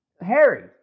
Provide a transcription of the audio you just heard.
Harry